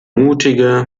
mutige